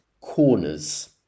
corners